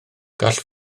gall